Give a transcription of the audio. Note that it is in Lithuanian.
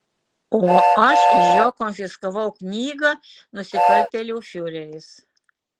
o aš iš jo konfiskavau knygą nusikaltėlių fiureris